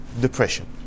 depression